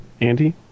Andy